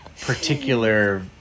particular